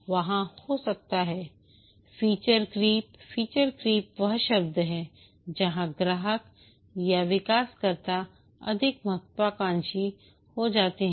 वहाँ हो सकता है फीचर क्रीप फीचर क्रिप वह शब्द है जहां ग्राहक या विकासकर्ता अधिक महत्वाकांक्षी हो जाते हैं